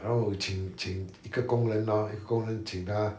然后请请一个工人 lor 一个工人请他